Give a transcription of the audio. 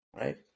right